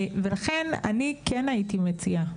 ולכן אני כן הייתי מציעה.